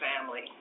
family